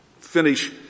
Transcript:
finish